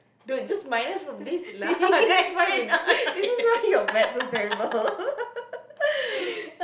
dude just minus from this lah this is why this is why your maths so terrible